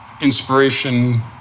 inspiration